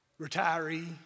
retiree